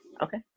Okay